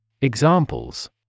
Examples